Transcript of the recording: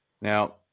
Now